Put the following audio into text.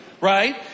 right